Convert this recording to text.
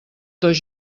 dos